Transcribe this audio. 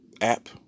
app